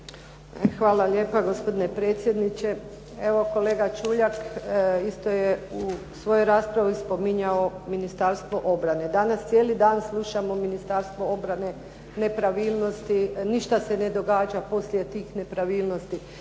Hvala lijepa gospodine predsjedniče. Evo kolega Čuljak isto je u svojoj raspravi spominjao Ministarstvo obrane. Danas cijeli dan slušamo Ministarstvo obrane, nepravilnosti, ništa se ne događa poslije tih nepravilnosti.